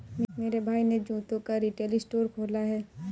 मेरे भाई ने जूतों का रिटेल स्टोर खोला है